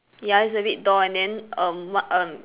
ya it's a big door and then um what um